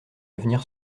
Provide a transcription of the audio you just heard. avenir